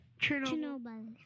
Chernobyl